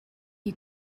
you